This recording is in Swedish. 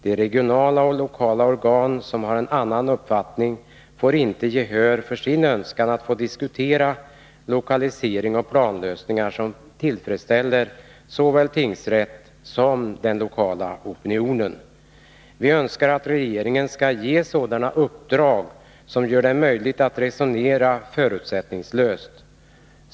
De regionala och lokala organ som har en annan uppfattning får inte gehör för sin önskan att diskutera lokalisering och planlösningar som tillfredsställer såväl tingsrättens behov som den lokala opinionens synpunkter. Vi önskar att regeringen skall ge direktiv som gör att det blir möjligt att resonera förutsättningslöst.